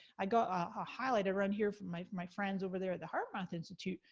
i got a highlight around here from my my friends over there at the heartmath institute.